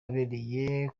yabereye